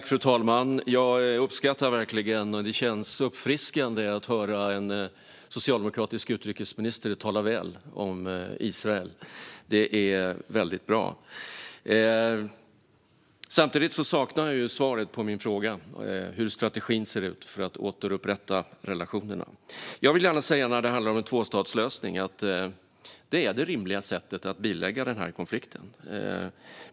Fru talman! Det känns uppfriskande att höra en socialdemokratisk utrikesminister tala väl om Israel. Det är väldigt bra! Samtidigt saknar jag svar på min fråga om hur strategin för att återupprätta relationerna ser ut. När det handlar om en tvåstatslösning vill jag gärna säga att det är det rimliga sättet att bilägga denna konflikt.